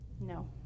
No